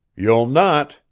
you'll not.